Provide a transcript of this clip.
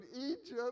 Egypt